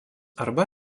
arba